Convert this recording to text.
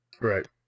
Right